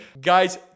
guys